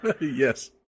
Yes